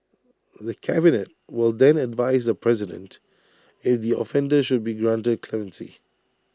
the cabinet will then advise the president if the offender should be granted clemency